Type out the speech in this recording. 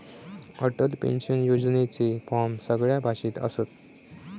Atal pension योजनेचे form सगळ्या भाषेत असत